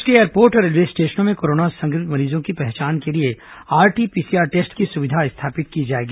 प्रदेश के एयरपोर्ट और रेलवे स्टेशनों में कोरोना संक्रमित मरीजों की पहचान के लिए आरटी पीसीआर टेस्ट की सुविधा स्थापित की जाएगी